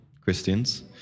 Christians